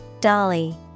Dolly